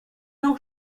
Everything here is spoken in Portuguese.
não